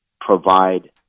provide